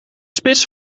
spits